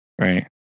Right